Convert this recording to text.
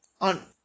on